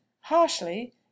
Harshly